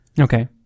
Okay